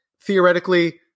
theoretically